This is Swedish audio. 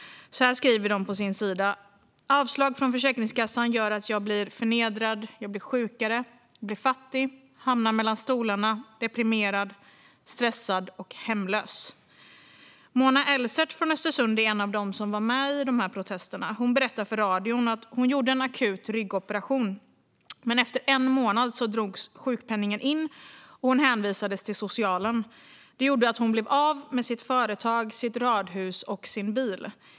Så här skriver de på sin sida: Avslag från Försäkringskassan gör att jag blir förnedrad, sjukare och fattig. Jag hamnar mellan stolarna och blir deprimerad, stressad och hemlös. Mona Elsert från Östersund är en av dem som var med i protesterna. Hon berättar för radion att hon gjorde en akut ryggoperation. Men efter en månad drogs sjukpenningen in, och hon hänvisades till socialen. Det gjorde att hon blev av med sitt företag, sitt radhus och sin bil.